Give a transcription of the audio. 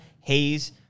Hayes